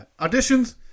auditions